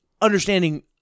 understanding